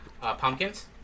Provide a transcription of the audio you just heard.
pumpkins